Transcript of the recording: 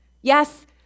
Yes